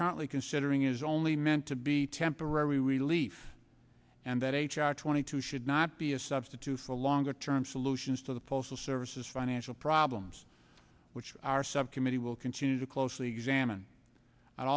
currently considering is only meant to be temporary relief and that h r twenty two should not be a substitute for longer term solutions to the postal service's financial problems which our subcommittee will continue to closely examine i'd